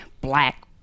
black